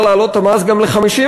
אפשר להעלות את המע"מ גם ל-50%,